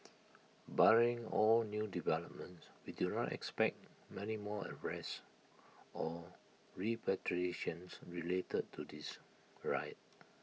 barring all new developments we do not expect many more arrests or repatriations related to this riot